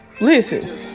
listen